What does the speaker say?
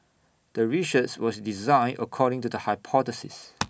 the research was designed according to the hypothesis